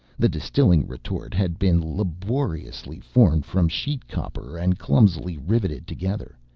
the distilling retort had been laboriously formed from sheet copper and clumsily riveted together.